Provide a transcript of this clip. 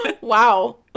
Wow